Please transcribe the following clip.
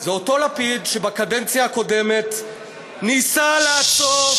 זה אותו לפיד שבקדנציה הקודמת ניסה לעצור,